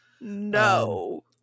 No